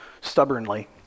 stubbornly